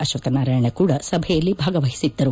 ಅಶ್ವಕ್ಥನಾರಾಯಣ ಕೂಡ ಸಭೆಯಲ್ಲಿ ಭಾಗವಹಿಸಿದ್ದರು